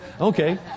Okay